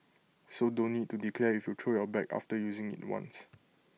so don't need to declare if you throw your bag after using IT once